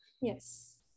Yes